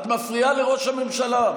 את מפריעה לראש הממשלה.